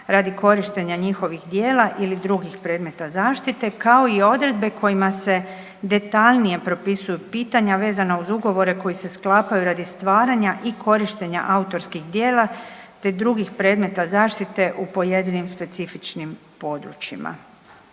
radi korištenja njihovih djela ili drugih predmeta zaštite kao i odredbe kojima se detaljnije propisuju pitanja vezana uz ugovore koji se sklapaju radi stvaranja i korištenja autorskih djela te drugih predmeta zaštite u pojedinim specifičnim područjima.